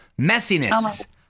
Messiness